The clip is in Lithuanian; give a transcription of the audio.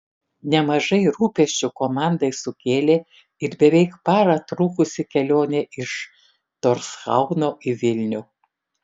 nemažai rūpesčių komandai sukėlė ir beveik parą trukusi kelionė iš torshauno į vilnių